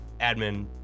admin